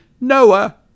Noah